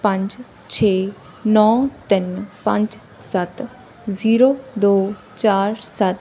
ਪੰਜ ਛੇ ਨੌ ਤਿੰਨ ਪੰਜ ਸੱਤ ਜ਼ੀਰੋ ਦੋ ਚਾਰ ਸੱਤ